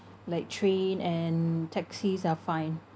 like train and taxis are fine